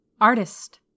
Artist